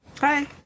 Hi